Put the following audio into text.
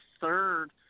third